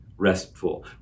restful